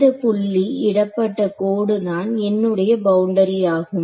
இந்த புள்ளி இடப்பட்ட கோடு தான் என்னுடைய பவுண்டரி ஆகும்